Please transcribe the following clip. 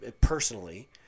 personally